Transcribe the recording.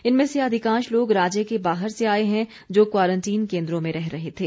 इनमें से अधिकांश लोग राज्य के बाहर से आए हैं जो क्वारंटीन केन्द्रों में रह रहे थे